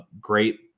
great